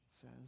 says